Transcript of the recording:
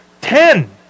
Ten